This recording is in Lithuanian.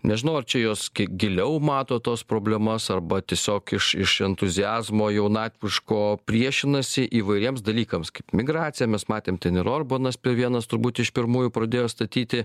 nežinau ar čia jos kiek giliau mato tos problemas arba tiesiog iš iš entuziazmo jaunatviško priešinasi įvairiems dalykams kaip migracija mes matėm ten ir orbanas vienas turbūt iš pirmųjų pradėjo statyti